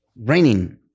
raining